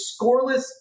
Scoreless